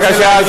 בבקשה.